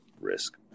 risk